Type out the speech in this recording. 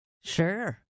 Sure